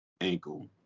ankle